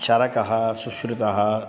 चरकः सुश्रुतः